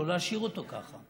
לא להשאיר אותו ככה.